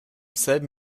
selben